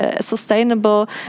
sustainable